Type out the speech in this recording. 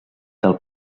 del